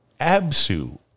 ABSU